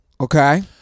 Okay